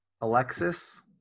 Alexis